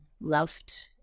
loved